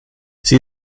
sie